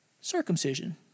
circumcision